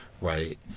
Right